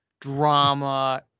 drama